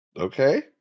Okay